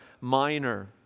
Minor